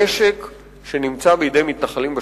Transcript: הנשק שנמצא בידי מתנחלים בשטחים,